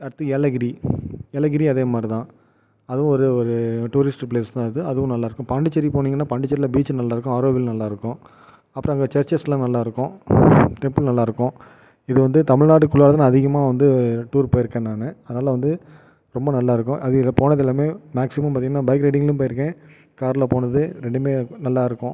அடுத்து ஏலகிரி ஏலகிரி அதேமாதிரி தான் அதுவும் ஒரு ஒரு டூரிஸ்ட் பிளேஸ் தான் அது அதுவும் நல்லாருக்கும் பாண்டிச்சேரி போனிங்கன்னா பாண்டிச்சேரியில் பீச் நல்லாருக்கும் ஆரோவில் நல்லாருக்கும் அப்புறம் அங்கே சர்ச்சஸ்லான் நல்லாருக்கும் டெம்பிள் நல்லாருக்கும் இது வந்து தமிழ்நாடுகுள்ளாரதான் நான் அதிகமாக வந்து டூர் போயிருக்கேன் நான் அதனால் வந்து ரொம்ப நல்லாருக்கும் அது இதில் போனது எல்லாமே மேக்ஸிமம் பார்த்திங்கன்னா பைக் ரைடிங்லையும் போயிருக்கேன் காரில் போனது ரெண்டுமே நல்லாருக்கும்